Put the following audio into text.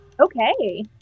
Okay